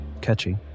catchy